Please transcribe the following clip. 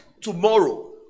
tomorrow